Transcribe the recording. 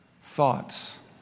thoughts